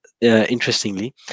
interestingly